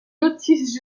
notices